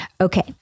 Okay